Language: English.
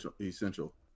essential